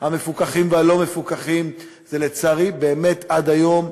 "המפוקחים והלא-מפוקחים" זה באמת עד היום,